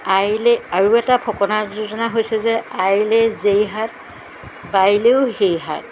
আইলে আৰু এটা ফকৰা যোজনা হৈছে যে আইলে যেই হাত বাইলেও সেই হাত